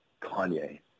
Kanye